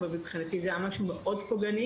אבל מבחינתי זה היה משהו מאוד פוגעני